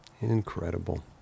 Incredible